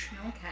Okay